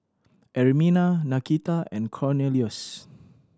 Ermina Nakita and Cornelious